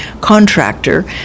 contractor